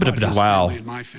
Wow